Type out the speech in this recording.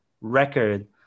record